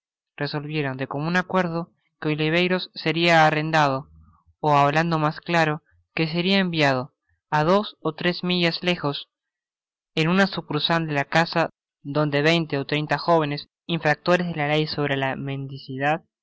resolvieron de comun acuerdo que oliverios seria arrendado hablando mas claro que seria enviado á dos ó tres millas lejos en una sucursal de la casa donde veinte ó u einla jovenes infrac tores de la ley sobie la mendicidad